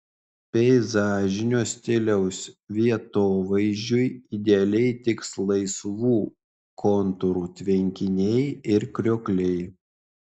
peizažinio stiliaus vietovaizdžiui idealiai tiks laisvų kontūrų tvenkiniai ir kriokliai